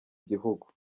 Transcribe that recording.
gihugu